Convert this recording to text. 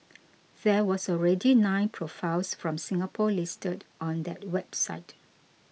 there was already nine profiles from Singapore listed on their website